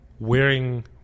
wearing